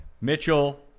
Mitchell